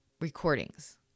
recordings